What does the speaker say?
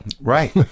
Right